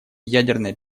ядерная